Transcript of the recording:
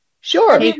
sure